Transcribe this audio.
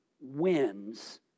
wins